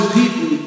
people